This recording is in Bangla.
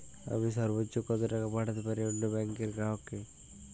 আমি সর্বোচ্চ কতো টাকা পাঠাতে পারি অন্য ব্যাংকের গ্রাহক কে?